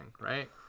right